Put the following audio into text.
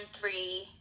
three